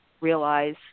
realize